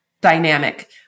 dynamic